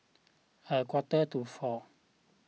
a quarter to four